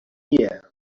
year